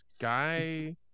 Guy